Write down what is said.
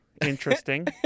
Interesting